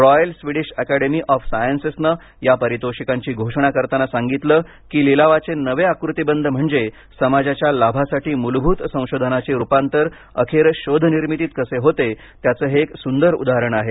royal Swedish academy of सायन्सेसनं या पारितोषिकांची घोषणा करताना सांगितलं की लिलावाचे नवे आकृतीबंध म्हणजे समाजाच्या लाभासाठी मूलभूत संशोधनाचे रुपांतर अखेर शोधनिर्मितीत कसे होते त्याचे हे एक सुंदर उदाहरण आहे